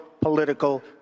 political